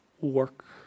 work